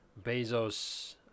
Bezos